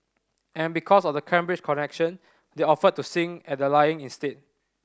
and because of the Cambridge connection they offered to sing at the lying in state